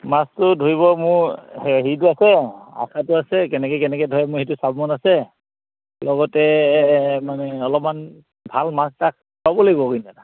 মাছটো ধৰিব মোৰ হে হেৰিটো আছে আশাটো আছে কেনেকৈ কেনেকৈ ধৰে মোৰ সেইটো চাব মন আছে লগতে মানে অলপমান ভাল মাছ তাক পাব লাগিব কিন্তু এটা